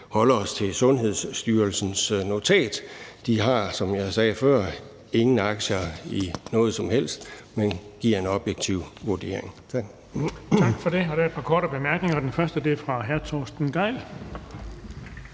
holde os til Sundhedsstyrelsens notat. De har, som jeg sagde før, ingen aktier i noget som helst, men giver en objektiv vurdering.